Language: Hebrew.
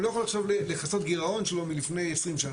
הוא לא יכול לכסות גירעון שלו מלפני 20 שנה.